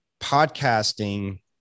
podcasting